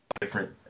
different